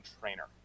trainer